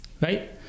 Right